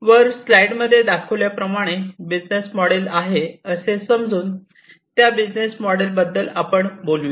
वर स्लाइडमध्ये दाखवल्या प्रमाणे बिझनेस मोडेल आहे असे समजून त्या बिझनेस मोडेल बद्दल आपण बोलूया